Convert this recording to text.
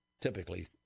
typically –